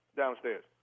downstairs